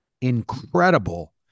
incredible